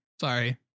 Sorry